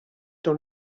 dans